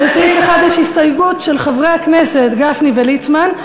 לסעיף 1 יש הסתייגות של חברי הכנסת גפני וליצמן.